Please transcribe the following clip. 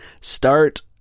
start